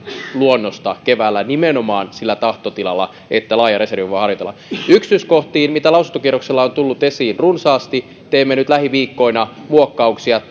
luonnosta muutettiin keväällä nimenomaan sillä tahtotilalla että laaja reservi voi harjoitella yksityiskohtiin mitä lausuntokierroksella on tullut esiin runsaasti teemme nyt lähiviikkoina muokkauksia